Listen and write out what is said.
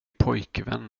pojkvän